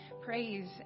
praise